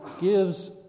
gives